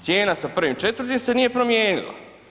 Cijena sa 1.4. se nije promijenila.